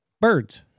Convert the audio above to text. birds